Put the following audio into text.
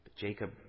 Jacob